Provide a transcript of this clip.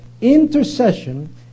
intercession